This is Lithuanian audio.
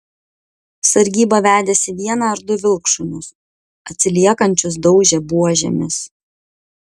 sargyba vedėsi vieną ar du vilkšunius atsiliekančius daužė buožėmis